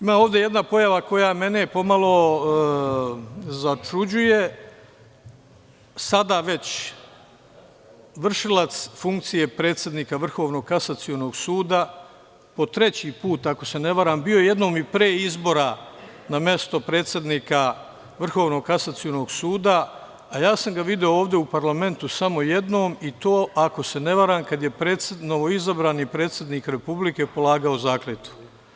Ima ovde jedna pojava koja mene pomalo začuđuje, sada već vršilac funkcije predsednika Vrhovnog kasacionog suda po treći put, ako se ne varam, bio je jednom i pre izbora na mestu predsednika Vrhovnog kasacionog suda, a ja sam ga video ovde u parlamentu samo jednom i to, ako se ne varam, kada je novoizabrani predsednik Republike polagao zakletvu.